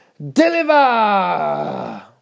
Deliver